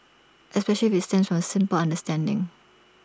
especially if IT stems from A simple understanding